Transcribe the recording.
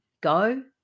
go